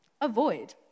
Avoid